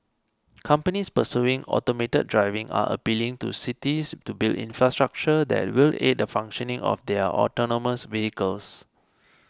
companies pursuing automated driving are appealing to cities to build infrastructure that will aid the functioning of their autonomous vehicles